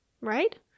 right